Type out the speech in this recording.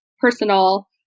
personal